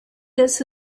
this